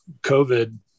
COVID